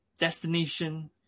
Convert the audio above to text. destination